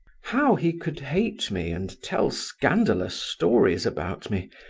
how he could hate me and tell scandalous stories about me,